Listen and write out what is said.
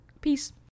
Peace